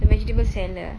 the vegetable seller